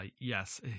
Yes